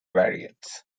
variants